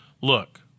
Look